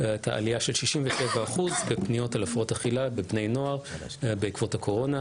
הייתה עלייה של 67% בפניות על הפרעות אכילה בבני נוער בעקבות הקורונה,